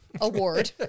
award